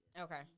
Okay